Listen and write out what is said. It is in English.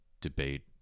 Debate